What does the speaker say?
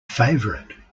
favourite